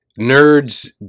nerds